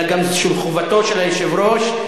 אלא שזו חובתו של היושב-ראש.